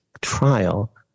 trial